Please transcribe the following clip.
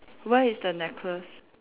where is the necklace